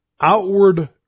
outward